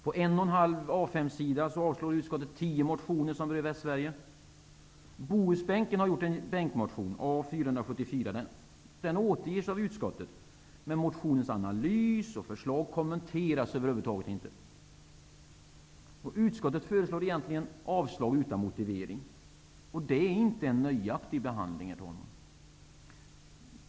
På en och en halv A 5-sida avslår utskottet 10 motioner som berör Västsverige. Bohusbänkens motion A474 återges av utskottet. Men motionens analys och förslag kommenteras över huvud taget inte. Utskottet föreslår egentligen avslag utan motivering. Det är inte en nöjaktig behandling, herr talman.